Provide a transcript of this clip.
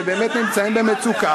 על דמם?